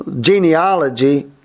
genealogy